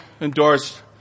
endorsed